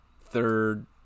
third